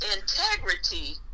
integrity